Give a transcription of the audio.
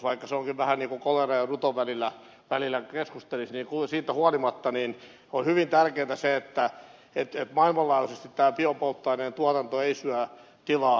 vaikka se onkin vähän niin kuin koleran ja ruton välillä keskustelisi niin siitä huolimatta on hyvin tärkeätä että maailmanlaajuisesti tämä biopolttoaineen tuotanto ei syö tilaa ruuantuotannolta